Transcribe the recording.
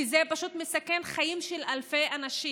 זה פשוט מסכן חיים של אלפי אנשים.